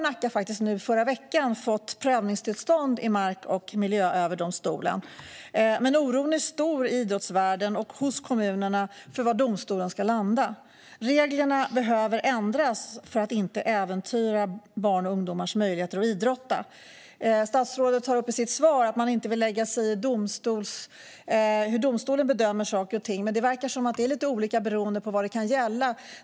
Nacka fick i förra veckan prövningstillstånd i Mark och miljööverdomstolen, men oron är stor i idrottsvärlden och hos kommunerna för var domstolen ska landa. Reglerna behöver ändras för att inte äventyra barns och ungdomars möjligheter att idrotta. Statsrådet sa i sitt svar att regeringen inte vill lägga sig i hur domstolen bedömer saker och ting, men detta verka vara lite olika beroende på vad saken gäller.